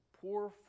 poor